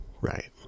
Right